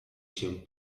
się